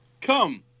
Come